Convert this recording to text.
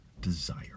desire